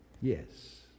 Yes